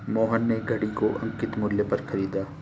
मोहन ने घड़ी को अंकित मूल्य पर खरीदा